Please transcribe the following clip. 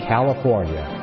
California